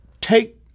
take